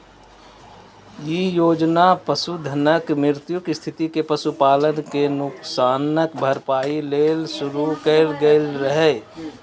ई योजना पशुधनक मृत्युक स्थिति मे पशुपालक कें नुकसानक भरपाइ लेल शुरू कैल गेल रहै